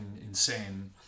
insane